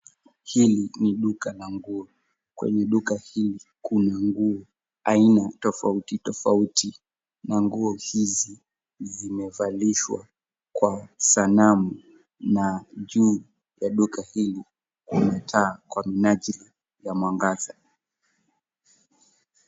Hili ni duka la nguo. Kwenye duka hii kuna nguo aina tofauti tofauti na nguo hizi zimevalishwa kwa sanamu na juu ya duka hili kuna taa kwa minajili ya mwangaza.